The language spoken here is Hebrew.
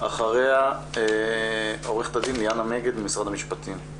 אחריה עו"ד ליאנה מגד ממשרד המשפטים.